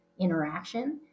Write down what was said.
interaction